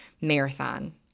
Marathon